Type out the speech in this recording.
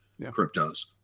cryptos